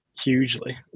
hugely